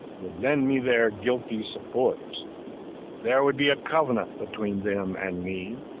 would lend me their guilty support there would be a covenant between them and me.